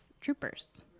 troopers